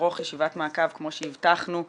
לערוך ישיבת מעקב כמו שהבטחנו בקיץ,